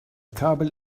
kabel